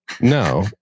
No